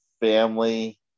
family